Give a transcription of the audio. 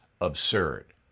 absurd